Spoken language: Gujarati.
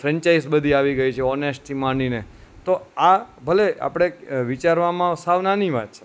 ફેન્ચાઇસ આવી ગઈ છે ઓનેસ્ટ માંડીને તો આ ભલે આપણે વિચારવામાં સાવ નાની વાત છે